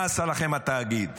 מה עשה לכם התאגיד?